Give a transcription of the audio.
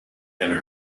and